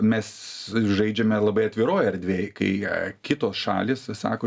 mes žaidžiame labai atviroj erdvėj kai kitos šalys sako